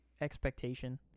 expectation